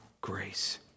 grace